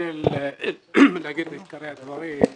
אשתדל להגיד את עיקרי הדברים.